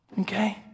Okay